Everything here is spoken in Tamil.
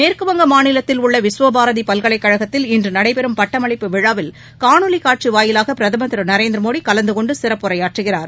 மேற்குவங்க மாநிலத்தில் உள்ள விஸ்வபாரதி பல்கலைக்கழகதில் இன்று நடைபெறும் பட்டமளிப்பு விழாவில் காணொலி காட்சி வாயிலாக பிரதமர் திரு நரேந்திர மோடி கலந்து கொண்டு சிறப்புரையாற்றுகிறார்